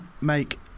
make